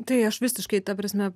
tai aš visiškai ta prasme